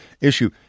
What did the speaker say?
issue